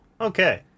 Okay